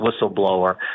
whistleblower